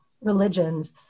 religions